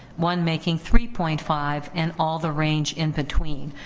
one making three point five, and all the range in between,